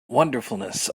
wonderfulness